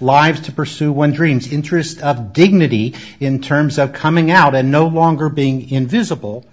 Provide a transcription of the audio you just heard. lives to pursue one dreams interest of dignity in terms of coming out and no longer being invisible